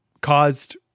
caused